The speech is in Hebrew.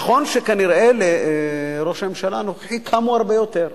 נכון שכנראה לראש הממשלה הנוכחי קמו הרבה יותר,